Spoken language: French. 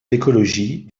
l’écologie